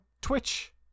twitch